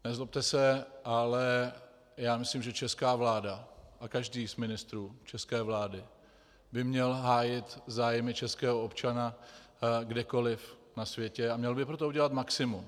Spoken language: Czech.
Nezlobte se, ale já myslím, že česká vláda a každý z ministrů české vlády by měl hájit zájmy českého občana kdekoliv na světě a měl by pro to udělat maximum.